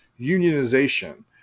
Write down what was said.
unionization